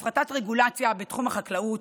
הפחתת רגולציה בתחום החקלאות,